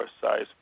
size